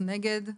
מי נגד?